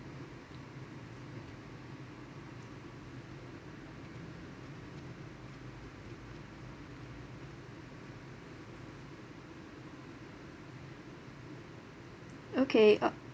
okay uh